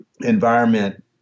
environment